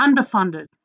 underfunded